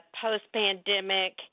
post-pandemic